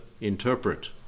interpret